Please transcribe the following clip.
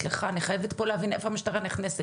סליחה, פשוט אני חייבת להבין איפה פה המשטרה נכנסת